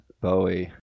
Bowie